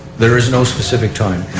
there is no specific time